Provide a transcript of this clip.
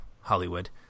Hollywood